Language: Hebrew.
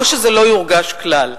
או שזה לא יורגש כלל.